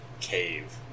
cave